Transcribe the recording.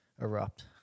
erupt